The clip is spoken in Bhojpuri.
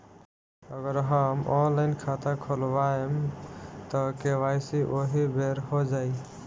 अगर हम ऑनलाइन खाता खोलबायेम त के.वाइ.सी ओहि बेर हो जाई